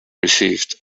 received